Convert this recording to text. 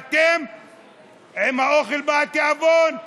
עם האוכל בא התיאבון,